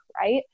right